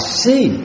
see